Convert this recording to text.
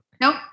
Nope